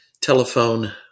telephone